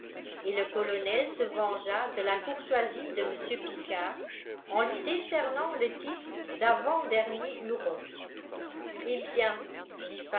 et le colonel se vengea de la courtoisie de m picard en lui décernant le titre davant dernier huron eh bien